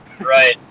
Right